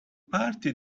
party